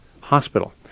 hospital